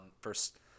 first